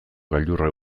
gailurra